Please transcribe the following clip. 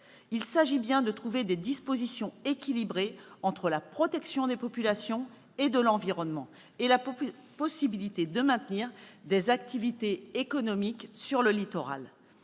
Il s'agit bien de trouver des dispositions équilibrées, entre la protection des populations et de l'environnement et la possibilité de maintenir des activités économiques sur le littoral.